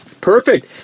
Perfect